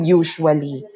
usually